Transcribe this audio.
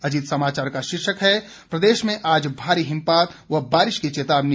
अजीत समाचार का शीर्षक है प्रदेश में आज भारी हिमपात व बारिश की चेतावनी